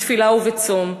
בתפילה ובצום.